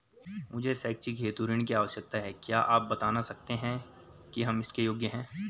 मुझे शैक्षिक हेतु ऋण की आवश्यकता है क्या आप बताना सकते हैं कि हम इसके योग्य हैं?